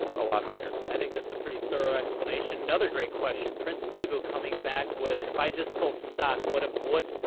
ah a lot higher i think that's a pretty thorough explanation another great question prince beeville coming back with if i just sold stock what a what.